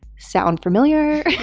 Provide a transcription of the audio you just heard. sound familiar?